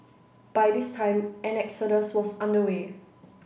by this time an exodus was under way